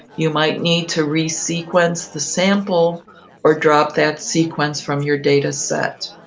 you might need to resequence the sample or drop that sequence from your data set.